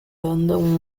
andam